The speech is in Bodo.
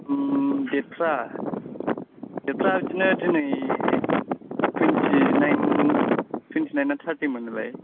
देथफ्रा देथफ्रा बिदिनो दिनै टुन्थिनाइन टुन्थिनाइन ना थारटि मोनलाय